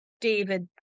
David